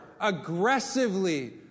aggressively